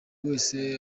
wese